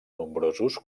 nombrosos